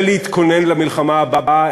ולהתכונן למלחמה הבאה.